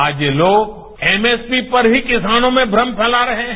आज ये लोग एमएसपी पर ही किसानों में भ्रम फैला रहे हैं